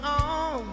on